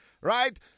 right